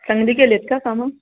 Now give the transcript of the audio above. चांगली केली आहेत का कामं